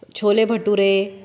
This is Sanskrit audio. छोले भटूरे